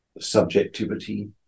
subjectivity